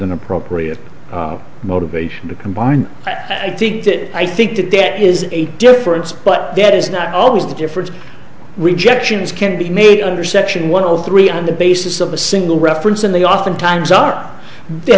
an appropriate motivation to combine i think that i think the debt is a difference but that is not always the difference rejections can be made under section one of three on the basis of a single reference and they oftentimes are the